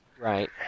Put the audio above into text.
Right